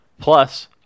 plus